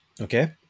Okay